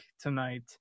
tonight